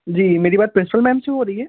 जी मेरी बात principal ma'am से हो रही है